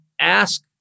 ask